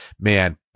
man